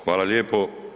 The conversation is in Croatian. Hvala lijepo.